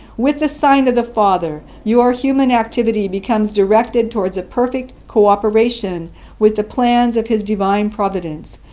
with the sign of the father, your human activity becomes directed towards a perfect cooperation with the plans of his divine providence,